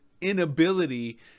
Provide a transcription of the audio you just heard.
inability